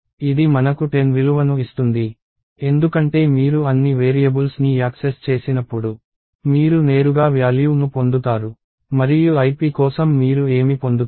ఇది మనకు 10 విలువను ఇస్తుంది ఎందుకంటే మీరు అన్ని వేరియబుల్స్ ని యాక్సెస్ చేసినప్పుడు మీరు నేరుగా వ్యాల్యూ ను పొందుతారు మరియు ip కోసం మీరు ఏమి పొందుతారు